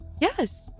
Yes